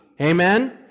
Amen